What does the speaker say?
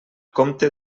comte